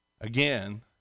Again